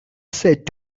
said